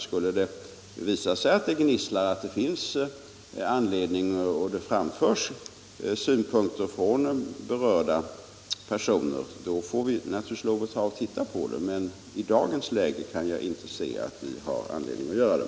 Skulle det visa sig att det gnisslar, och det framförs synpunkter från berörda personer, får vi naturligtvis titta på det. Men i dagens läge kan jag inte se att vi har anledning att göra det.